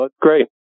Great